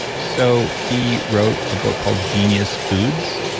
so he wrote a book called genius foods,